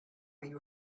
you